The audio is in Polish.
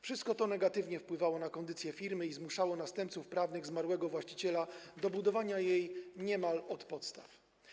Wszystko to negatywnie wpływało na kondycję firmy i zmuszało następców prawnych zmarłego właściciela do budowania jej niemal od podstaw.